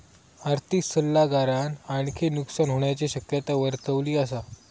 आर्थिक सल्लागारान आणखी नुकसान होण्याची शक्यता वर्तवली असा